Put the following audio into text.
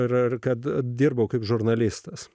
ar kad dirbau kaip žurnalistas